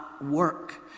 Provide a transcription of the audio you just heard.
Work